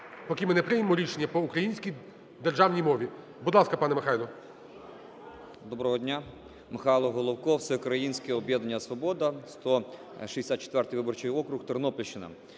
Поки ми не приймемо рішення по українській державній мові. Будь ласка, пане Михайло. 12:40:00 ГОЛОВКО М.Й. Доброго дня. Михайло Головко, Всеукраїнське об'єднання "Свобода", 164-й виборчий округ, Тернопільщина.